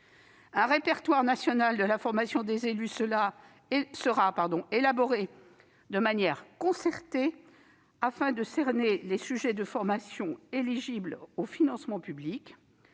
Un répertoire national de la formation des élus sera élaboré de manière concertée, afin de cerner les sujets de formation éligibles au financement public.